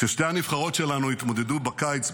כששתי הנבחרות שלנו התמודדו בקיץ,